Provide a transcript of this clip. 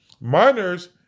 Miners